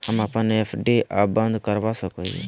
हम अप्पन एफ.डी आ बंद करवा सको हियै